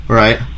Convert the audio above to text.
right